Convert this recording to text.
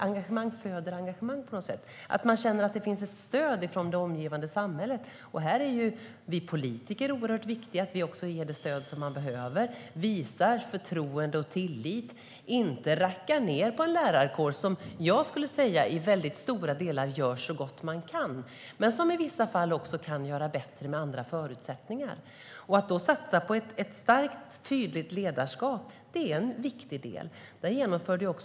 Engagemang föder nämligen engagemang på något sätt - att man känner att det finns ett stöd från det omgivande samhället. Här är vi politiker oerhört viktiga - att vi ger det stöd som behövs, visar förtroende och tillit och inte rackar ned på en lärarkår som, enligt mig, i mycket stora delar gör så gott den kan men som i vissa fall också kan göra bättre med andra förutsättningar. Att då satsa på ett starkt och tydligt ledarskap är en viktig del.